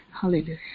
hallelujah